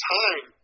time